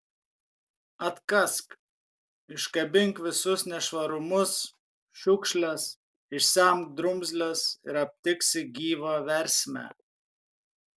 atkask iškabink visus nešvarumus šiukšles išsemk drumzles ir aptiksi gyvą versmę